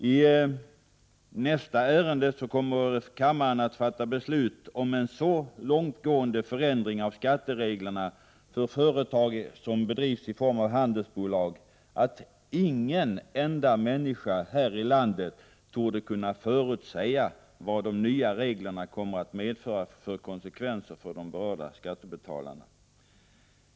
I nästa ärende kommer kammaren att fatta beslut om en så långtgående förändring av skattereglerna för företag som bedrivs i form av handelsbolag att ingen enda människa här i landet torde kunna förutse vad de nya reglerna kommer att medföra för konsekvenser för de berörda skattebetalarna.